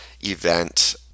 event